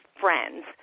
friends